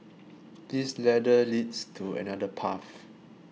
this ladder leads to another path